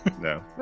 No